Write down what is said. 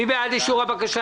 מי בעד אישור הבקשה?